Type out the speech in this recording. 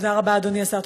תודה רבה, אדוני השר.